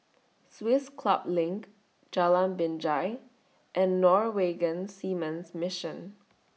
Swiss Club LINK Jalan Binjai and Norwegian Seamen's Mission